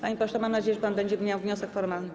Panie pośle, mam nadzieję, że pan będzie miał wniosek formalny.